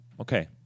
okay